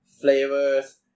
flavors